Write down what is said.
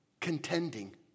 Contending